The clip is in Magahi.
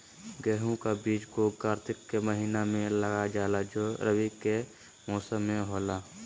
गेहूं का बीज को कार्तिक के महीना में लगा जाला जो रवि के मौसम में होला